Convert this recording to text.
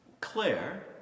Claire